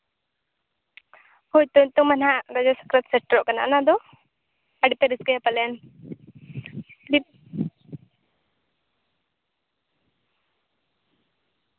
ᱦᱳᱭ ᱛᱚ ᱱᱤᱛᱳᱜ ᱢᱟ ᱱᱟᱜ ᱨᱩᱸᱰᱟᱹ ᱥᱟᱠᱨᱟᱛ ᱥᱮᱴᱮᱨᱟᱜ ᱠᱟᱱᱟ ᱚᱱᱟ ᱫᱚ ᱟᱹᱰᱤ ᱯᱮ ᱨᱟᱹᱥᱠᱟᱹᱭᱟ ᱯᱟᱞᱮᱱ